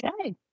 okay